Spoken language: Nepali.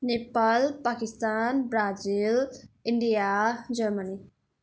Nepal Pakistan Brazil India Germany